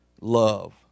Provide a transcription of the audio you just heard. love